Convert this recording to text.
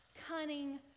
cunning